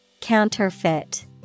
Counterfeit